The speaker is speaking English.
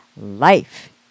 life